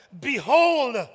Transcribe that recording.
behold